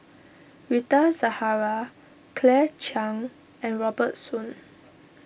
Rita Zahara Claire Chiang and Robert Soon